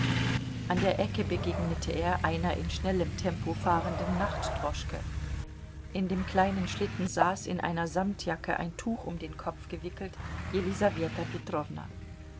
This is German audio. an der ecke begegnete er einer in schnellem tempo fahrenden nachtdroschke in dem kleinen schlitten saß in einer samtjacke ein tuch um den kopf gewickelt